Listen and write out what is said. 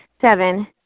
Seven